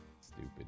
Stupid